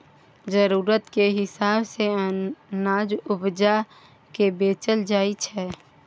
जरुरत केर हिसाब सँ अनाज उपजा केँ बेचल जाइ छै